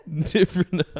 different